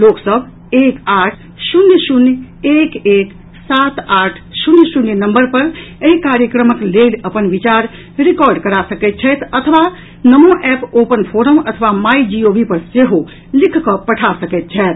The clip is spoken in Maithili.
लोक सभ एक आठ शून्य शून्य एक एक सात आठ शून्य शून्य नम्बर पर एहि कार्यक्रमक लेल अपन विचार रिकॉड करा सकैत छथि अथवा नमो एप ओपन फोरम अथवा माई जीओवी पर सेहो लिख कऽ पठा सकैत छथि